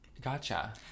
Gotcha